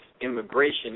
immigration